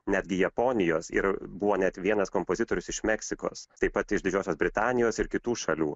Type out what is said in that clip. netgi japonijos ir buvo net vienas kompozitorius iš meksikos taip pat iš didžiosios britanijos ir kitų šalių